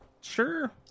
Sure